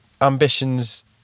ambitions